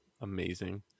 amazing